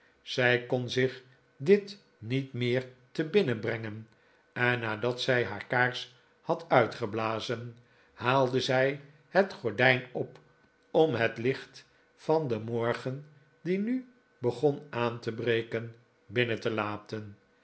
zij kon zich dit niet meer te binnen brengen en nadat zij haar kaars had uitgeblazen haalde zij het gordijn op om het licht van den morgen die nu begon aan te breken binnen te laten